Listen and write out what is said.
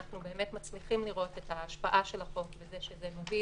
אנחנו באמת מצליחים לראות את ההשפעה של החוק בזה שהוא מוביל